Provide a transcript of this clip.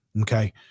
Okay